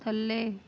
ਥੱਲੇ